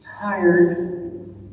tired